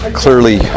clearly